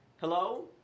Hello